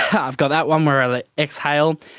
i've got that one where i exhale.